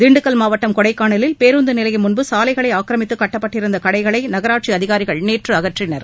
திண்டுக்கல் மாவட்டம் கொடைக்கானலில் பேருந்து நிலையம் முன்பு சாலைகளை ஆக்ரமித்து கட்டப்பட்டிருந்த கடைகளை நகராட்சி அதிகாரிகள் நேற்று அகற்றினர்